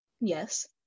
Yes